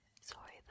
Sorry